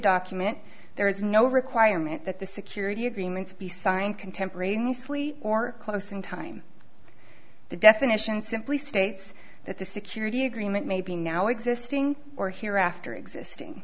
document there is no requirement that the security agreements be signed contemporaneously or close in time the definition simply states that the security agreement may be now existing or hereafter existing